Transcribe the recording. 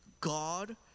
God